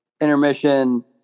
intermission